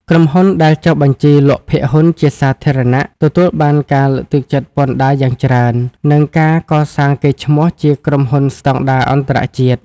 ក្រុមហ៊ុនដែលចុះបញ្ជីលក់ភាគហ៊ុនជាសាធារណៈ ទទួលបានការលើកទឹកចិត្តពន្ធដារយ៉ាងច្រើន និងការកសាងកេរ្តិ៍ឈ្មោះជាក្រុមហ៊ុនស្ដង់ដារអន្តរជាតិ។